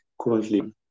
currently